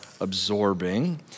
absorbing